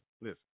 listen